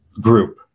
group